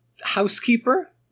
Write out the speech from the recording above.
housekeeper